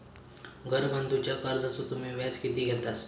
घर बांधूच्या कर्जाचो तुम्ही व्याज किती घेतास?